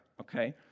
Okay